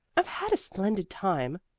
i've had a splendid time,